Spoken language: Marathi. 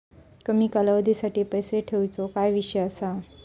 कमी कालावधीसाठी पैसे ठेऊचो काय विषय असा?